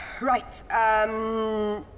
right